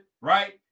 right